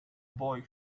boy